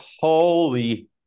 Holy